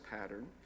pattern